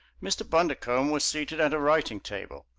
mr. bundercombe was seated at a writing table,